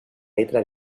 letra